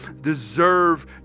deserve